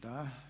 Da.